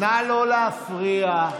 (מאות מהפועלים הפלסטינים והערבים מתים בכל שנה,